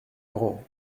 laurent